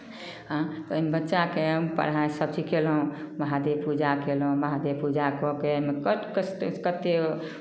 आँय ओहिमे बच्चाके पढ़ाइ सभचीज कयलहुँ महादेव पूजा कयलहुँ महादेव पूजा कऽ कऽ एहिमे कट कष्ट कतेक